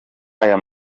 aya